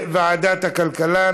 לוועדת הכלכלה.